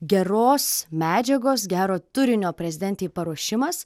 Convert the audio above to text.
geros medžiagos gero turinio prezidentei paruošimas